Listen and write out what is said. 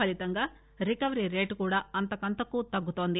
ఫలీతంగా recovery rate కూడా అంతకంతకు తగ్గుతున్నది